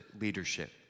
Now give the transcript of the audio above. leadership